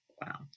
Wow